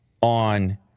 on